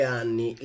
anni